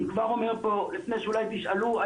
אני כבר אומר פה לפני שאולי תשאלו,